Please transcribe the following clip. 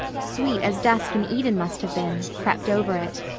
sweet as dusk in eden must have been, crept over it.